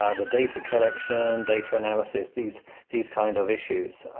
the data collection, data analysis, these these kind of issues.